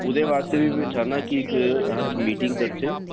उंदे आस्ते बी मीं चाहन्नां कि अस मीटिंग करचै